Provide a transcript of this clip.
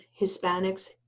Hispanics